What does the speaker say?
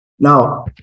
Now